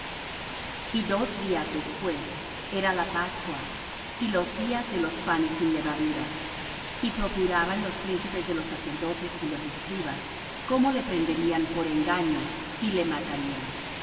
y dos días después era la pascua y los días de los panes sin levadura y procuraban los príncipes de los sacerdotes y los escribas cómo le prenderían por engaño y le matarían